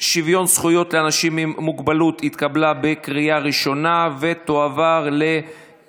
שוויון זכויות לאנשים עם מוגבלות (תיקון מס' 21) (היעזרות בחיית שירות),